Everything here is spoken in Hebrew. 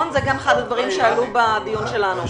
זה גם אחד הדברים שעלו בדיון שלנו.